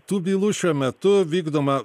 tų bylų šiuo metu vykdoma